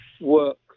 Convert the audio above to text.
works